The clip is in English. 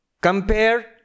compare